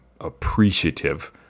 appreciative